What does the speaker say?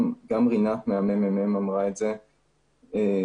גם רינת מהממ"מ אמרה את זה,